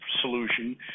solution